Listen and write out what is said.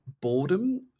boredom